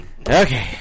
Okay